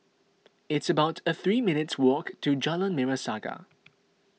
it's about three minutes' walk to Jalan Merah Saga